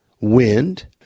wind